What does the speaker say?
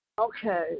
Okay